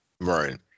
Right